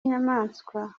inyamaswa